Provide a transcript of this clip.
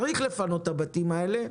צריך לפנות את הבתים האלה,